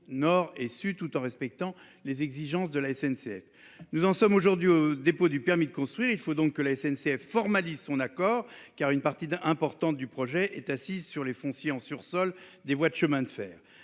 nord et sud, tout en respectant les exigences de la SNCF. Nous en sommes aujourd'hui au dépôt du permis de construire, il faut donc que la SNCF formalise son accord car une partie d'un important du projet est assise sur les fonciers en sur sol des voies de chemin de fer.